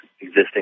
existing